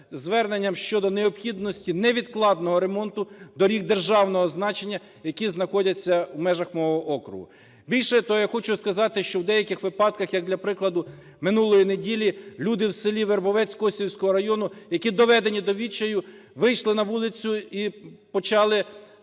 зверненням щодо необхідності невідкладного ремонту доріг державного значення, які знаходяться в межах мого округу. Більше того, я хочу сказати, що в деяких випадках, як для прикладу, минулої неділі люди в селі Вербовець Косівського району, які доведені до відчаю, вийшли на вулицю і почали в певній